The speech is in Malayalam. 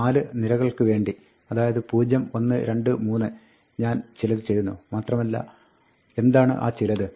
4 നിരകൾക്ക് വേണ്ടി അതായത് 0 1 2 3 ഞാൻ ചിലത് ചെയ്യുന്നു മാത്രമല്ല എന്താണ് ആ ചിലത്